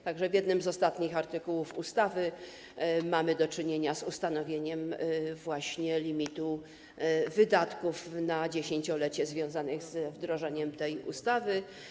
Także w jednym z ostatnich artykułów ustawy mamy do czynienia z ustanowieniem właśnie limitu wydatków na 10-lecie związanych z wdrożeniem tej ustawy.